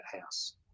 house